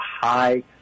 high